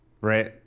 right